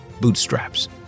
bootstraps